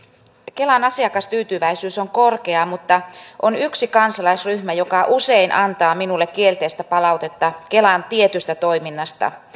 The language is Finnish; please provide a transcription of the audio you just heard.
kelan asiakastyytyväisyys on korkea mutta on yksi kansalaisryhmä joka usein antaa minulle kielteistä palautetta kelan tietystä toiminnasta